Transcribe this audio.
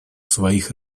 своих